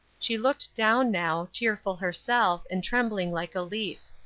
she looked down now, tearful herself, and trembling like a leaf.